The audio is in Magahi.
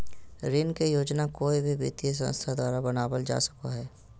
ऋण के योजना कोय भी वित्तीय संस्था द्वारा बनावल जा सको हय